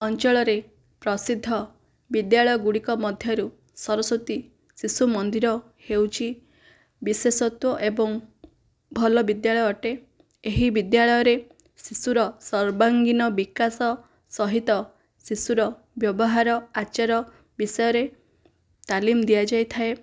ଅଞ୍ଚଳରେ ପ୍ରସିଦ୍ଧ ବିଦ୍ୟାଳୟ ଗୁଡ଼ିକ ମଧ୍ୟରୁ ସରସ୍ଵତୀ ଶିଶୁ ମନ୍ଦିର ହେଉଛି ବିଶେଷତ୍ୱ ଏବଂ ଭଲ ବିଦ୍ୟାଳୟ ଅଟେ ଏହି ବିଦ୍ୟାଳୟରେ ଶିଶୁର ସର୍ବାଙ୍ଗୀନ ବିକାଶ ସହିତ ଶିଶୁର ବ୍ୟବହାର ଆଚର ବିଷୟରେ ତାଲିମ ଦିଆଯାଇଥାଏ